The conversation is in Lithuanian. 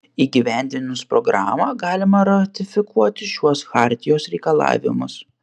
įgyvendinus programą galima ratifikuoti šiuos chartijos reikalavimus